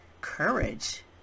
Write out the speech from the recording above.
courage